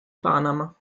panama